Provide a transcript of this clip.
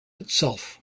itself